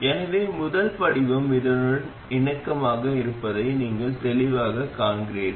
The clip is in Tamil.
எனவே இந்த மின்னோட்டம் வடிகாலிலிருந்து மூலத்திற்கு பாய்கிறது